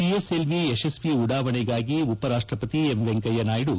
ಪಿಎಸ್ಎಲ್ಎ ಯಶಸ್ವಿ ಉಡಾವಣೆಗೆ ಉಪರಾಷ್ಟಪತಿ ಎಂ ವೆಂಕಯ್ಯನಾಯ್ತು